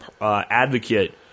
advocate